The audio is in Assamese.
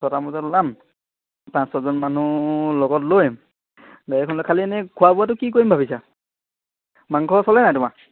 ছয়টা মান বজাত ওলাম পাঁচ ছয়জন মানুহ লগত লৈ গাড়ীখন লৈ খালি এনেই খোৱা বোৱাটো কি কৰিম ভাবিছা মাংস চলে নে নাই তোমাৰ